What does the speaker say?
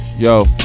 Yo